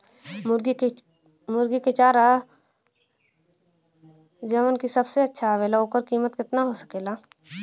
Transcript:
मुर्गी के चारा जवन की सबसे अच्छा आवेला ओकर कीमत केतना हो सकेला?